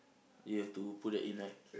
you have to put that in right